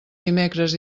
dimecres